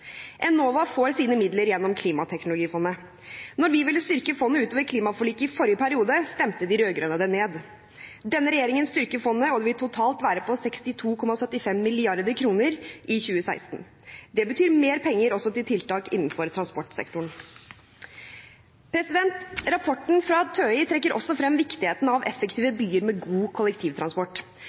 Enova får sine midler gjennom Klimateknologifondet. Når vi ville styrke fondet utover klimaforliket i forrige periode, stemte de rød-grønne det ned. Denne regjeringen styrker fondet, og det vil totalt være på 62,75 mrd. kr i 2016. Det betyr mer penger også til tiltak innenfor transportsektoren. Rapporten fra TØI trekker også frem viktigheten av effektive byer med god kollektivtransport.